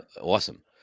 awesome